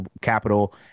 capital